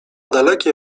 dalekie